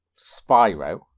Spyro